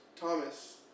Thomas